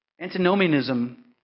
Antinomianism